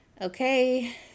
okay